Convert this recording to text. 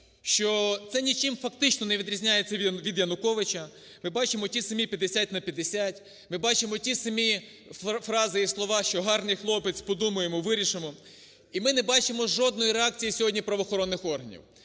Що це нічим фактично не відрізняється від Януковича, ми бачимо ті самі 50 на 50, ми бачимо ті самі фрази і слова, що гарний хлопець, подумаємо, вирішимо. І ми не бачимо жодної реакції сьогодні правоохоронних органів.